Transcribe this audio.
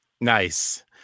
Nice